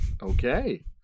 Okay